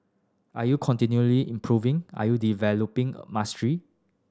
are you continually improving are you developing mastery